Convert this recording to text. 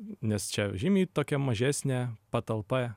nes čia žymiai tokia mažesnė patalpa